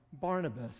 Barnabas